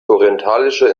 orientalische